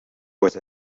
was